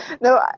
No